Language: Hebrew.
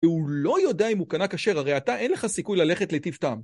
‫והוא לא יודע אם הוא קנה כשר, ‫הרי אתה, אין לך סיכוי ללכת לטיב טעם.